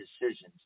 decisions